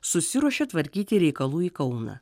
susiruošė tvarkyti reikalų į kauną